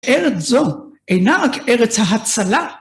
‫ארץ זו אינה רק ארץ ההצלה.